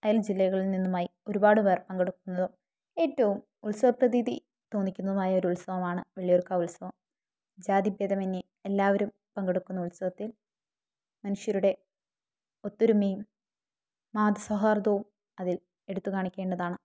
അയൽ ജില്ലകളിൽ നിന്നുമായി ഒരുപാട് പേർ പങ്കെടുക്കുന്നതും ഏറ്റവും ഉത്സവ പ്രതീതി തോന്നിക്കുന്നതുമായ ഒരു ഉത്സവമാണ് വള്ളിയൂർ കാവ് ഉത്സവം ജാതിഭേതമന്ന്യേ എല്ലാവരും പങ്കെടുക്കുന്ന ഉത്സവത്തിൽ മനുഷ്യരുടെ ഒത്തൊരുമയും മത സൗഹാർദവും അതിൽ എടുത്തുകാണിക്കണ്ടതാണ്